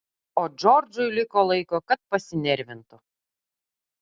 o džordžui liko laiko kad pasinervintų